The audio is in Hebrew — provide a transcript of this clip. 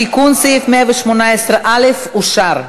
תיקון סעיף 118(א) אושר.